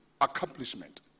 accomplishment